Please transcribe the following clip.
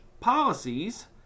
policies